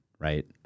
Right